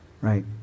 Right